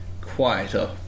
quieter